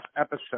episode